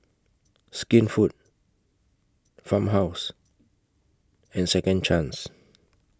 Skinfood Farmhouse and Second Chance